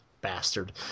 bastard